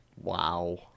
Wow